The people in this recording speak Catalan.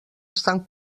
estan